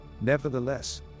Nevertheless